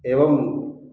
एवं